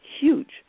huge